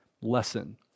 lesson